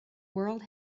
world